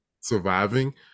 surviving